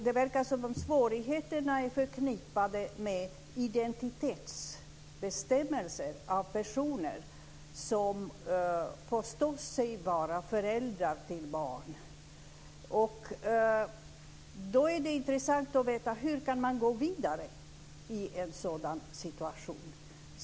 Det verkar som om svårigheterna är förknippade med identitetsbestämningar av personer som påstår sig vara föräldrar till barn. Då är det intressant att veta: Hur kan man gå vidare i en sådan situation?